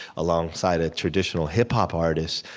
alongside a traditional hip-hop artist.